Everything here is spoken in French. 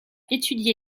étudié